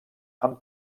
amb